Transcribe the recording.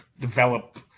develop